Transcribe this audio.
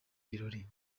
birori